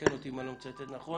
ותקן אותי אם אני לא מצטט נכון,